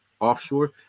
offshore